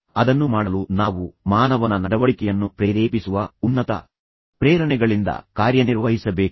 ಅದನ್ನು ಮಾಡಲು ನಾವು ಮಾನವನ ನಡವಳಿಕೆಯನ್ನು ಪ್ರೇರೇಪಿಸುವ ಉನ್ನತ ಪ್ರೇರಣೆಗಳಿಂದ ಕಾರ್ಯನಿರ್ವಹಿಸಬೇಕು